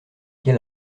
quel